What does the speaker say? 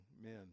men